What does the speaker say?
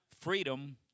Freedom